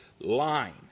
line